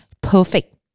Perfect